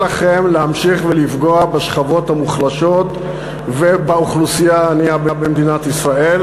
אל לכם להמשיך לפגוע בשכבות המוחלשות ובאוכלוסייה הענייה במדינת ישראל,